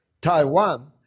Taiwan